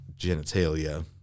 genitalia